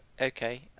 okay